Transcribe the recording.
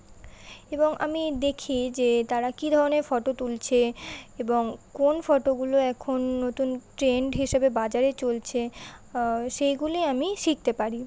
এবং আমি দেখি যে তারা কী ধরনের ফটো তুলছে এবং কোন ফটোগুলো এখন নতুন ট্রেন্ড হিসাবে বাজারে চলছে সেইগুলি আমি শিখতে পারি